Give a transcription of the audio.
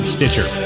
Stitcher